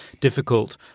difficult